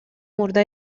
мурда